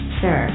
sir